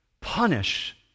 punish